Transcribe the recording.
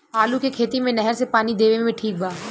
आलू के खेती मे नहर से पानी देवे मे ठीक बा?